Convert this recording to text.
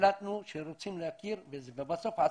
החלטנו שרוצים להכיר בזה ובסוף עשינו,